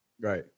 Right